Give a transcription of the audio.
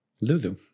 Lulu